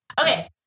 Okay